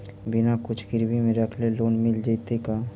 बिना कुछ गिरवी मे रखले लोन मिल जैतै का?